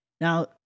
Now